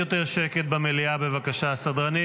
אדוני היושב-ראש,